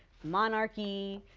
monarchy,